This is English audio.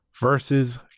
versus